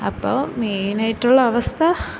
അപ്പോൾ മേയ്നായിട്ടുള്ള അവസ്ഥ